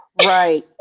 right